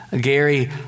Gary